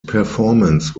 performance